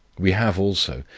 we have, also,